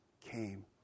came